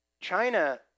China